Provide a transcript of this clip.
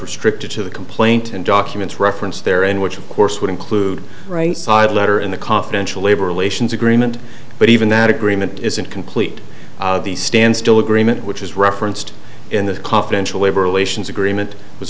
restricted to the complaint and documents referenced there and which of course would include right side letter in a confidential labor relations agreement but even that agreement isn't complete standstill agreement which is referenced in the confidential labor relations agreement was